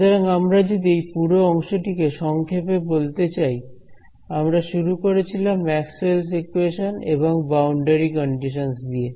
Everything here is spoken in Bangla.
সুতরাং আমরা যদি এই পুরো অংশটি কে সংক্ষেপে বলতে চাই আমরা শুরু করেছিলাম ম্যাক্সওয়েলস ইকুয়েশনস Maxwell's equations এবং বাউন্ডারি কন্ডিশনস দিয়ে